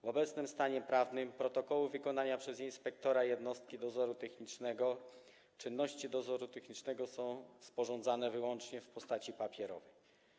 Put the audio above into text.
W obecnym stanie prawnym protokoły wykonania przez inspektora jednostki dozoru technicznego czynności dozoru technicznego są sporządzane wyłącznie w postaci papierowej.